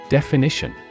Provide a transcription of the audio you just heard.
Definition